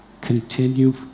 continue